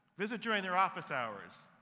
visit during their office hours.